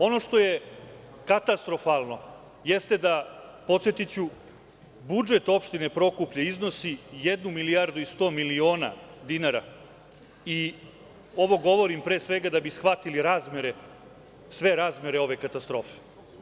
Ono što je katastrofalno jeste da, podsetiću, budžet Opštine Prokuplje iznosi jednu milijardu i 100 miliona dinara i ovo govorim pre svega da bi shvatili razmere ove katastrofe.